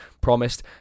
promised